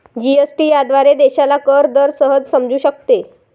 GST याद्वारे देशाला कर दर सहज समजू शकतो